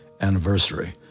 anniversary